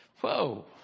whoa